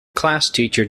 classteacher